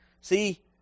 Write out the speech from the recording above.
See